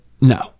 No